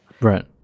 Right